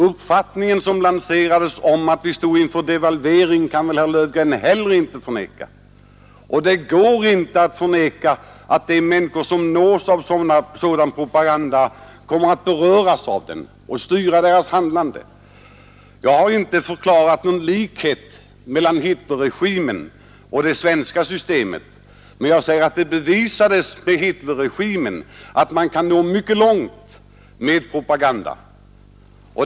Uppfattningen som lanserades om att vi stod inför devalvering kan väl herr Löfgren heller inte förneka. Och det går inte att förneka att de människor som nås av sådan propaganda påverkas av den så att den styr deras handlande. Jag har inte talat om någon likhet mellan Hitlerregimen och det svenska samhällsskicket, men jag har sagt att det bevisades under Hitlerregimen att man kan nå mycket långt med propaganda.